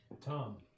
Tom